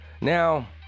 now